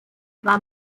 war